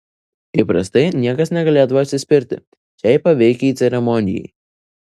įprastai niekas negalėdavo atsispirti šiai paveikiai ceremonijai